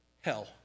Hell